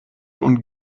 und